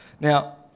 Now